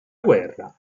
guerra